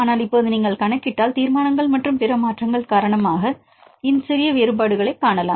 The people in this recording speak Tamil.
ஆனால் இப்போது நீங்கள் கணக்கிட்டால் தீர்மானங்கள் மற்றும் பிற மாற்றங்கள் காரணமாக இந்த சிறிய வேறுபாடுகளைக் காணலாம்